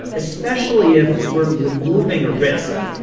especially if we're removing a risk,